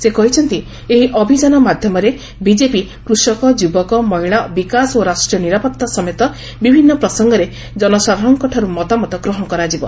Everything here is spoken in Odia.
ସେ କହିଛନ୍ତି ଏହି ଅଭିଯାନ ମାଧ୍ୟମରେ ବିକେପି କୃଷକ ଯୁବକ ମହିଳା ବିକାଶ ଓ ରାଷ୍ଟ୍ରୀୟ ନିରାପତ୍ତା ସମେତ ବିଭିନ୍ନ ପ୍ରସଙ୍ଗରେ ଜନସାଧାରଣଙ୍କଠାରୁ ମତାମତ ଗ୍ରହଣ କରାଯିବ